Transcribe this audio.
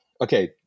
okay